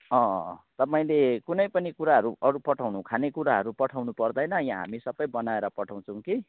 तपाईँले कुनै पनि कुराहरू अरू पठाउनु खानेकुराहरू पठाउनु पर्दैन यहाँ हामी सबै बनाएर पठाउँछौँ कि